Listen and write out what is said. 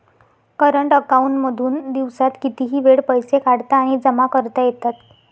current account मधून दिवसात कितीही वेळ पैसे काढता आणि जमा करता येतात